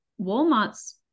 walmart's